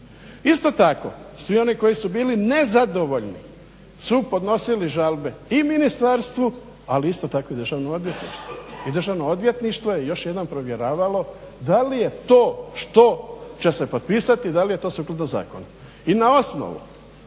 Isto tako svi oni koji su bili nezadovoljni su podnosili žalbe i ministarstvu ali isto tako i Državnom odvjetništvu i državno odvjetništvo je još jednom provjeravalo da li je to što će se potpisati, da li je to sukladno zakonu. I na osnovu